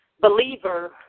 believer